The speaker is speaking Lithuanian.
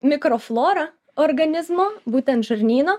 mikroflora organizmo būtent žarnyno